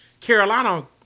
Carolina